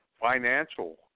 financial